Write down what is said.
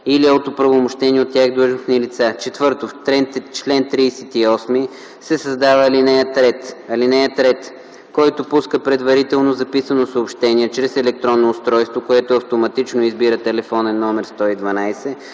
или от оправомощени от тях длъжностни лица”. 4. В чл. 38 се създава ал. 3: „(3) Който пуска предварително записано съобщение чрез електронно устройство, което автоматично избира телефонен номер 112,